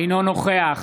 אינו נוכח